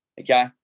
okay